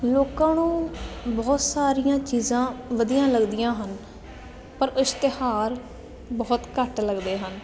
ਲੋਕਾਂ ਨੂੰ ਬਹੁਤ ਸਾਰੀਆਂ ਚੀਜ਼ਾਂ ਵਧੀਆ ਲੱਗਦੀਆਂ ਹਨ ਪਰ ਇਸ਼ਤਿਹਾਰ ਬਹੁਤ ਘੱਟ ਲੱਗਦੇ ਹਨ